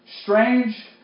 Strange